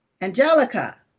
Angelica